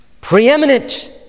preeminent